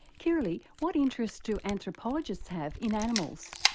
kirrilly, what interests do anthropologists have in animals?